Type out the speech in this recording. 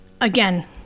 Again